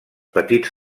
petits